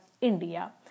India